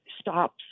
stops